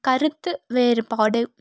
கருத்து வேறுபாடு